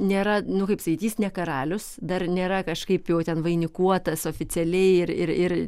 nėra nu kaip sakyt jis ne karalius dar nėra kažkaip jau ten vainikuotas oficialiai ir ir ir